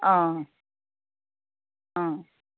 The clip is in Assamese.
অ অঁ